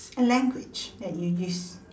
a language that you use